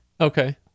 Okay